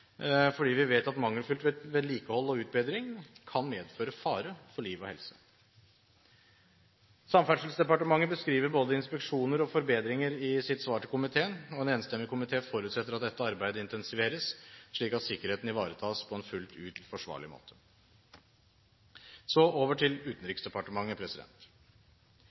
vi vet at mangelfullt vedlikehold og mangelfulle utbedringer kan medføre fare for liv og helse. Samferdselsdepartementet beskriver i sitt svar til komiteen både inspeksjoner og forbedringer, og en enstemmig komité forutsetter at dette arbeidet intensiveres, slik at sikkerheten ivaretas på en fullt ut forsvarlig måte. Så over til Utenriksdepartementet: